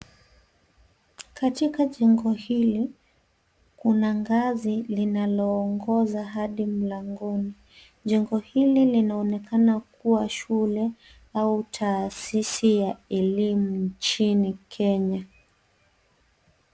Katika jengo hili, kuna ngazi, linaloongoza hadi mlangoni. Jengo hili, linaonekana kuwa shule, au taasisi ya elimu nchini, Kenya.